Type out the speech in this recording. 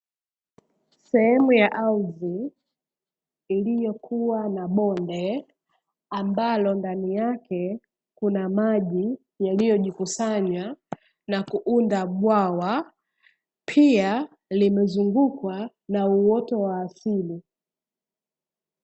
Sehemu ya ardhi iliyokuwa na bonde ambalo ndani yake kuna maji yaliyojikusanya na kuunda bwawa, pia limezungukwa na uoto wa asili.